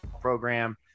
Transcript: program